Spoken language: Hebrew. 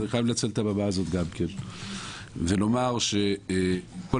אני חייב לנצל את הבמה הזאת גם כן ולומר שאם כל